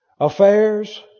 Affairs